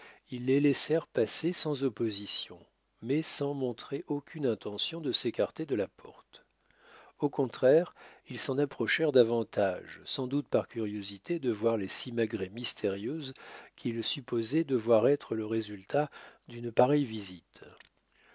ils les laissèrent passer sans opposition mais sans montrer aucune intention de s'écarter de la porte au contraire ils s'en approchèrent davantage sans doute par curiosité de voir les simagrées mystérieuses qu'ils supposaient devoir être le résultat d'une pareille visite